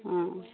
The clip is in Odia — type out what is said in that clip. ହଁ